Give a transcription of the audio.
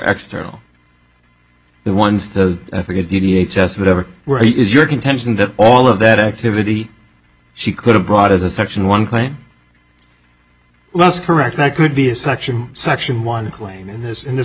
external the ones to africa d h s s whatever were is your contention that all of that activity she could have brought as a section one claim let's correct that could be a suction section one claim in this in this